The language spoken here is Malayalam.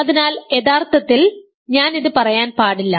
അതിനാൽ യഥാർത്ഥത്തിൽ ഞാൻ ഇത് പറയാൻ പാടില്ല